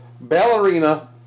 Ballerina